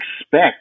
expect